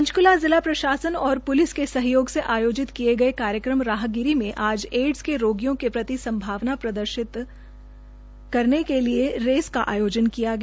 पंचकूला जिला प्रशासन और पुलिस के सहयोग से आयोजित किये गए कार्यक्रम राहगिरी में आज एड्स के रोगियों के प्रति संभावना प्रदर्शित करने के लिए रेस का आयोजन किया गया